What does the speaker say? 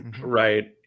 right